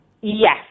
Yes